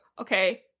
okay